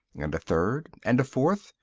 and a third and a fourth,